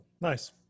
Nice